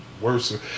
worse